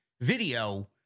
video